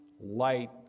light